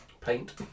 paint